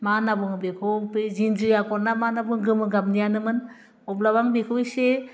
मा होन्ना बुङो बेखौ बे जिनजि आगर ना मा होन्ना बुङो गोमो गाबनियानोमोन अब्लाबो आं बेखौ एसे